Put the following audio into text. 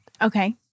Okay